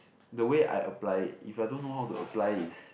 ~s the way I apply it if I don't know how to apply is